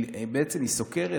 היא סוקרת,